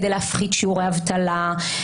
כדי להפחית שיעורי אבטלה,